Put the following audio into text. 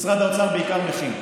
משרד האוצר בעיקר מכין.